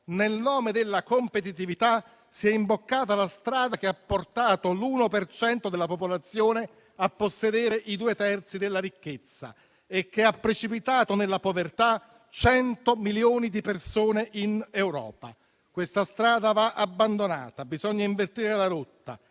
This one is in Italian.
Nel nome della competitività si è imboccata la strada che ha portato l'1 per cento della popolazione a possedere i due terzi della ricchezza e che ha precipitato nella povertà 100 milioni di persone in Europa. Questa strada va abbandonata. Bisogna invertire la rotta,